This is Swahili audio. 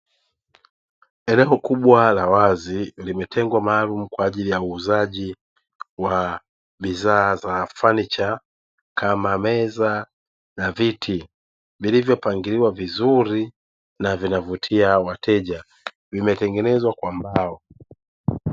Eneo kubwa la wazi limetengwa maalumu kwa ajili ya uuzaji wa bidhaa za fanicha, kama meza na viti; vilivyopangiliwa vizuri na vinavutia wateja. Vimetengenezwa kwa mbao.